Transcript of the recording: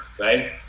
right